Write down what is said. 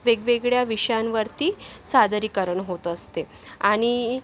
वेगवेगळ्या विषयांवरती सादरीकरण होत असते आणि